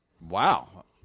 Wow